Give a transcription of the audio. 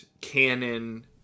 canon